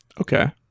Okay